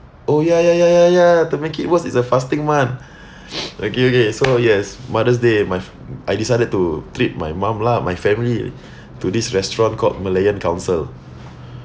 oh ya ya ya ya ya to make it worst it's a fasting month okay okay so yes mother's day my I decided to treat my mum lah my family to this restaurant called malayan council